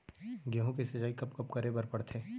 गेहूँ के सिंचाई कब कब करे बर पड़थे?